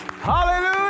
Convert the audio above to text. Hallelujah